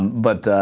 but ah.